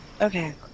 Okay